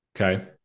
Okay